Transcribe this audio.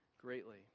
greatly